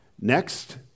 next